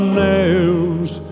nails